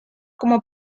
como